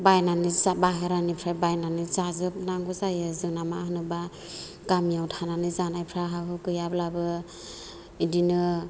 बायनानै बाहेरानिफ्राय बायनानै जाजोबनांगौ जायो जोंना मा होनोब्ला गामियाव थानानै जानायफोरा हा हु गैयाब्लाबो बिदिनो